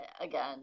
Again